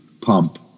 pump